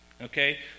okay